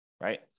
right